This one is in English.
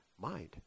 mind